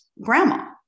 grandma